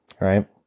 right